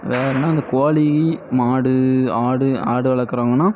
வேறேன்னா அந்த கோழி மாடு ஆடு ஆடு வளர்க்குறவங்கன்னா